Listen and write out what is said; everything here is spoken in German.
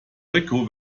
rico